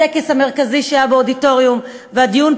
הטקס המרכזי שהיה באודיטוריום והדיון